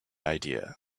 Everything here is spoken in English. idea